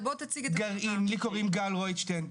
לי קוראים גל רויטשטיין,